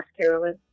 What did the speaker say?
Carolyn